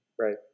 Right